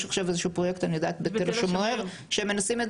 יש עכשיו איזשהו פרויקט בתל השומר שהם מנסים את